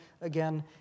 again